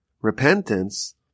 repentance